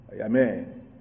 Amen